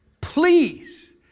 Please